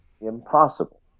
impossible